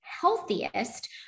healthiest